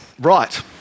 right